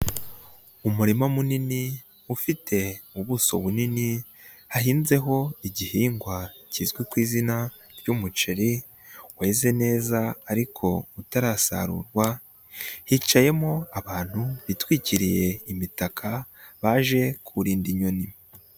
Umurima munini ufite ubuso bunini, hahinzeho igihingwa kizwi k'izina ry'umuceri waze neza ariko utarasarurwa, hicayemo abantu bitwikiriye imitaka baje kurinda inyoni.